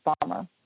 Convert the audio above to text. bomber